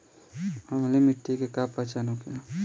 अम्लीय मिट्टी के का पहचान होखेला?